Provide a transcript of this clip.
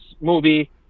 movie